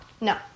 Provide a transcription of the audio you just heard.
no